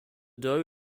dough